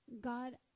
God